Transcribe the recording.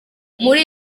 muri